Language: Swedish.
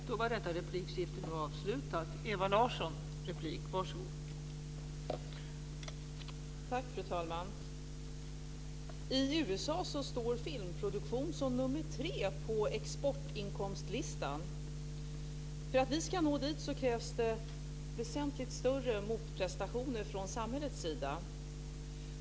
Fru talman! I USA står filmproduktion som nummer tre på exportinkomstlistan. För att vi ska nå dit krävs det väsentligt större motprestationer från samhällets sida.